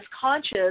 conscious